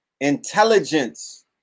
Intelligence